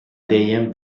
deien